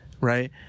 right